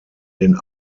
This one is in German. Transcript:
den